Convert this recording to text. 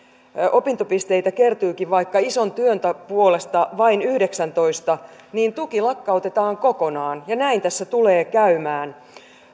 opintopisteitä kertyykin vaikka ison työn puolesta vain yhdeksäntoista niin tuki lakkautetaan kokonaan ja näin tässä tulee käymään